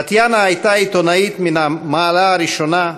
טטיאנה הייתה עיתונאית מן המעלה הראשונה,